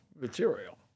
material